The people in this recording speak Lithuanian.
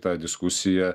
tą diskusiją